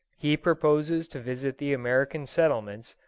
he proposes to visit the american settlements,